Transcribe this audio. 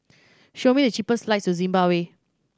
show me the cheapest to Zimbabwe